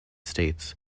states